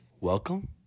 Welcome